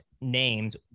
names